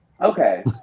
Okay